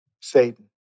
Satan